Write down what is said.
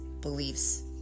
beliefs